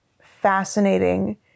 fascinating